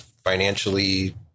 Financially